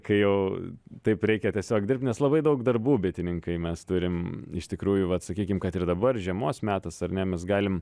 kai jau taip reikia tiesiog dirbt nes labai daug darbų bitininkai mes turim iš tikrųjų vat sakykim kad ir dabar žiemos metas ar ne mes galim